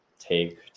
take